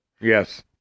Yes